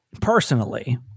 personally